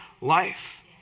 life